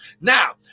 Now